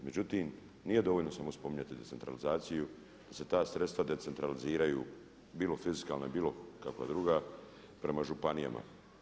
Međutim, nije dovoljno samo spominjati decentralizaciju, da se ta sredstva decentraliziraju bilo fiskalna bilo kakva druga prema županijama.